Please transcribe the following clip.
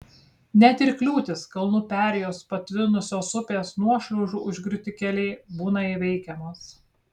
net ir kliūtys kalnų perėjos patvinusios upės nuošliaužų užgriūti keliai būna įveikiamos